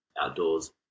outdoors